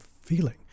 feeling